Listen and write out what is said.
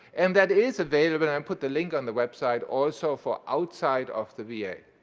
and that is available and um put the link on the website, also for outside of the v a.